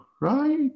right